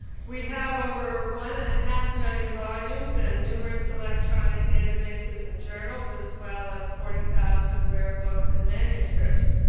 we have over one and a half million volumes and numerous electronic databases and journals as well as forty thousand rare books and manuscripts.